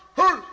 yeah.